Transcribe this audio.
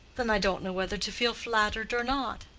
then i don't know whether to feel flattered or not.